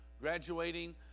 graduating